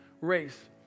race